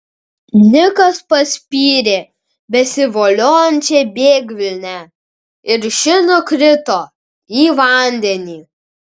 nikas paspyrė besivoliojančią bėgvinę ir ši nukrito į vandenį